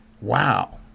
Wow